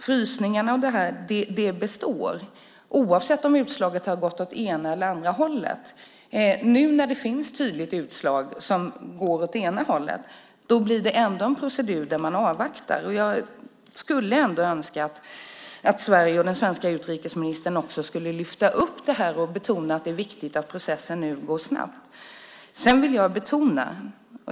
Frysningen består oavsett om utslaget har gått åt ena eller andra hållet. Nu när det finns ett tydligt utslag som går åt det ena hållet blir det ändå en procedur där man avvaktar. Jag skulle önska att Sverige och den svenska utrikesministern lyfte upp detta och betonade att det är viktigt att processen går snabbt nu.